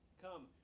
come